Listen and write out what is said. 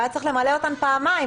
והיה צריך למלא אותן פעמיים.